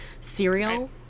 Cereal